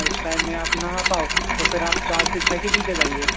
इस टाइम में आप ना आ पाओ तो फिर आप चार से छ के बीच आ जाइए